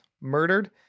murdered